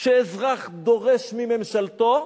שאזרח דורש ממשלתו,